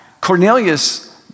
Cornelius